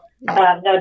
no